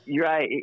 right